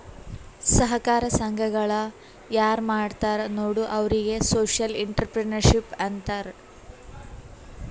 ಸಹಕಾರ ಸಂಘಗಳ ಯಾರ್ ಮಾಡ್ತಾರ ನೋಡು ಅವ್ರಿಗೆ ಸೋಶಿಯಲ್ ಇಂಟ್ರಪ್ರಿನರ್ಶಿಪ್ ಅಂತಾರ್